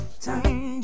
time